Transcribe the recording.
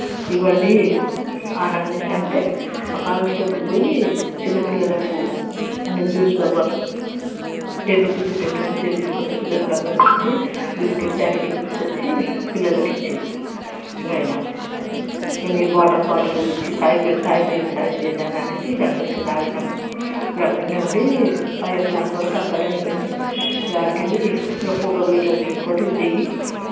ఇవ్వండి అని అనేసి అంటే ఆ కానిస్టేబుల్ పోయి చిన్నపిల్లలకు అన్ని జ్యూస్ డబ్బాలు టెన్ రుపీస్వే టెన్ రుపీస్వే తీసుకొచ్చి పిల్లలకు అందరికీ ఇచ్చి బిస్కెట్ ప్యాకెట్లు ఇచ్చి పిల్లలకు ఇచ్చారు ఆయన ఈయనే వాటర్ బాటిల్ తెచ్చి తాగించండి తాగించండి అని అనేసి ఇంకా అందరం తాగినాము ఇక అక్కడనే ఉండి ఫైవ్ ఓ క్లాక్ వరకు అక్కడే అయిపోయింది ఇక అక్కడికి వెళ్ళి ఇట్లా ఫోటోలు అట్లా తీసుకొని దిగి